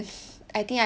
have to go and work